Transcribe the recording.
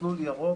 מסלול ירוק,